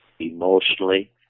emotionally